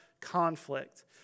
conflict